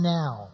now